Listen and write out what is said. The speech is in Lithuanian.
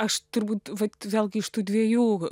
aš turbūt vat vėlgi iš tų dviejų